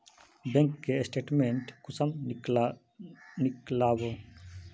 Bank के statement कुंसम नीकलावो?